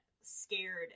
scared